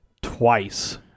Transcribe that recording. twice